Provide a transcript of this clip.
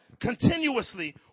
continuously